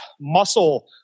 muscle